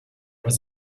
was